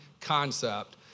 concept